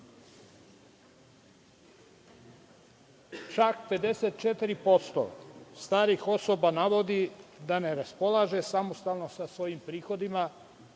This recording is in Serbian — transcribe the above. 54% starih osoba navodi da ne raspolaže samostalno svojim prihodima